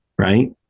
right